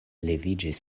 kaj